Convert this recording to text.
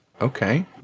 Okay